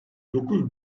dokuz